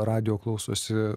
radijo klausosi